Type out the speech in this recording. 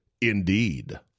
Indeed